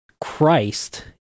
Christ